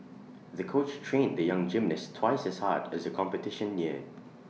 the coach trained the young gymnast twice as hard as the competition neared